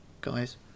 guys